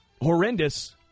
Horrendous